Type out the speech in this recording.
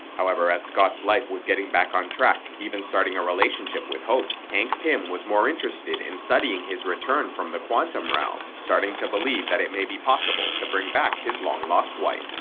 however, ah scott's life was getting back on track, even starting a relationship with hope, hank pym was more interested in studying his return from the quantum realm, starting to believe that it may be possible to bring back his long lost wife.